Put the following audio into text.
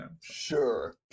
sure